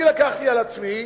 אני לקחתי על עצמי